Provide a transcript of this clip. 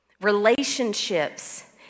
Relationships